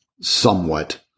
somewhat